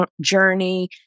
journey